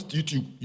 YouTube